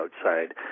outside